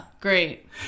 Great